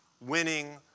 winning